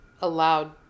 allowed